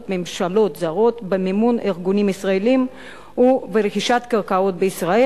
ממשלות זרות במימון ארגונים ישראליים וברכישת קרקעות בישראל,